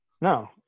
no